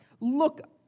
Look